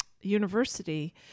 university